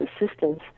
assistance